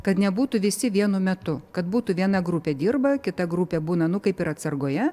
kad nebūtų visi vienu metu kad būtų viena grupė dirba kita grupė būna nu kaip ir atsargoje